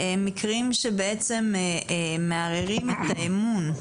מקרים שבעצם מערערים את האמון.